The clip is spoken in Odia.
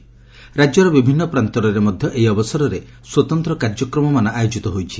ରାକ୍ୟର ବିଭିନ୍ନ ପ୍ରାନ୍ତରରେ ମଧା ଏହି ଅବସରରେ ସ୍ୱତନ୍ତ କାର୍ଯ୍ୟକ୍ରମମାନ ଆୟୋକିତ ହେଉଛି